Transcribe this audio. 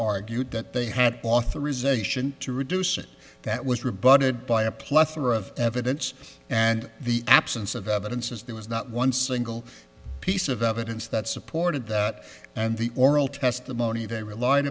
argued that they had authorization to reduce it that was rebutted by a plethora of evidence and the absence of evidence is there was not one single piece of evidence that supported that and the oral testimony they relied